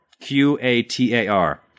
Q-A-T-A-R